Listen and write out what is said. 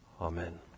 Amen